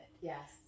yes